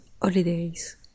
holidays